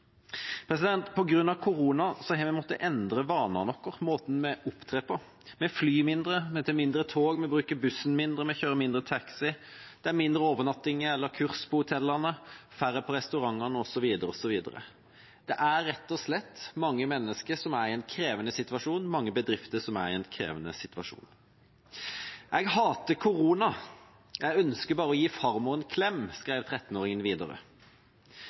har vi måttet endre vanene våre og måten vi opptrer på. Vi flyr mindre. Vi tar mindre tog. Vi bruker bussen mindre. Vi kjører mindre taxi. Det er færre overnattinger eller kurs på hotellene, færre på restaurantene, osv., osv. Det er rett og slett mange mennesker som er i en krevende situasjon, og mange bedrifter som er i en krevende situasjon. Jeg hater korona. Jeg ønsker bare å gi farmor en klem – dette skrev 13-åringen videre.